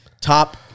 top